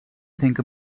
think